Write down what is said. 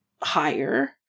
higher